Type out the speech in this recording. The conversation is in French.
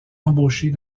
embaucher